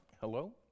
Hello